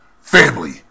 Family